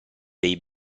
dei